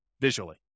visually